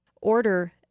order